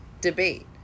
debate